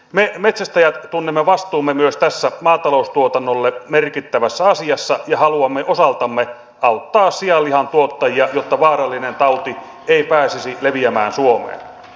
me metsästäjät tunnemme vastuumme myös tässä maataloustuotannolle merkittävässä asiassa ja haluamme osaltamme auttaa sianlihan tuottajia jotta vaarallinen tauti ei pääsisi leviämään suomeen